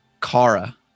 Kara